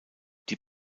die